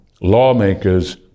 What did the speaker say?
lawmakers